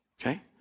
Okay